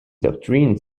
doctrine